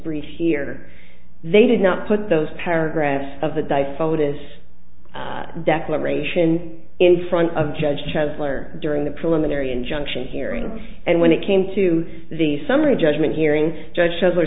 brief here they did not put those paragraphs of the di fotis declaration in front of judge chancellor during the preliminary injunction hearing and when it came to the summary judgment hearing judge shows were